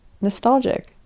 nostalgic